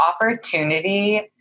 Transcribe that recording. opportunity